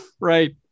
right